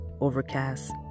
Overcast